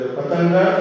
Patanga